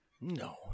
No